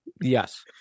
Yes